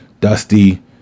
Dusty